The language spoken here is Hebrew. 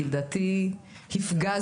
כי לדעתי הפגזנו,